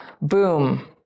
boom